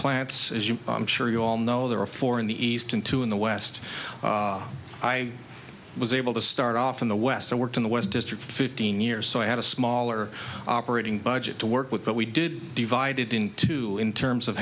plants as you sure you all know there are four in the eastern two in the west i was able to start off in the west and worked in the west district for fifteen years so i had a smaller operating budget to work with but we did divide it into in terms of